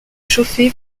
chauffé